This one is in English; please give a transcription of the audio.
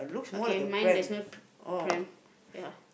okay mine there's no pram ya